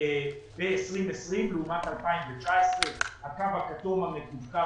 ב-2020 לעומת 2019. הקו הכתום המקווקו,